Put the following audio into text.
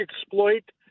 exploit